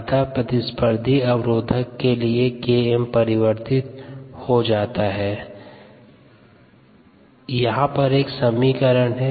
अतः प्रतिस्पर्धी अवरोधक के लिए Km परिवर्तित हो जाता है